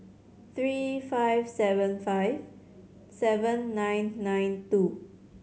three five seven five seven nine nine two